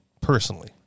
personally